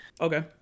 Okay